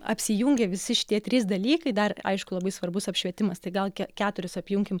apsijungia visi šitie trys dalykai dar aišku labai svarbus apšvietimas tai gal keturis apjunkim